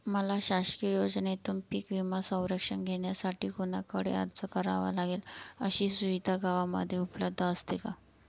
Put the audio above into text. मला शासकीय योजनेतून पीक विमा संरक्षण घेण्यासाठी कुणाकडे अर्ज करावा लागेल? अशी सुविधा गावामध्ये उपलब्ध असते का?